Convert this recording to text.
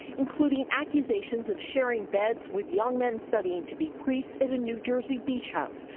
including accusations of sharing beds with young men studying to be priests at a new jersey beach house,